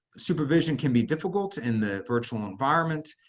supervision can be difficult in the virtual environment,